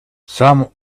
some